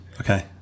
Okay